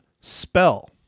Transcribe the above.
Spell